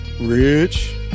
Rich